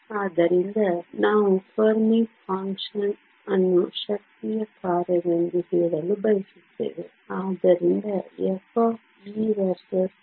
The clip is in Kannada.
ಆದ್ದರಿಂದ ನಾವು ಫೆರ್ಮಿ ಫಂಕ್ಷನ್ ಅನ್ನು ಶಕ್ತಿಯ ಕಾರ್ಯವೆಂದು ಹೇಳಲು ಬಯಸುತ್ತೇವೆ ಆದ್ದರಿಂದ ಎಫ್ ಇ ವರ್ಸಸ್ ಇ